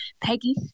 Peggy